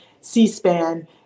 C-SPAN